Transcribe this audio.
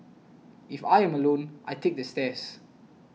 if I am alone I take the stairs